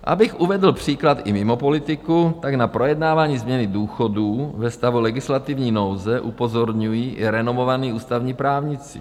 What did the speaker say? Abych uvedl příklad i mimo politiku, tak na projednávání změny důchodů ve stavu legislativní nouze upozorňují i renomovaní ústavní právníci.